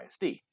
ISD